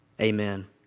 amen